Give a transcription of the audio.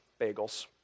bagels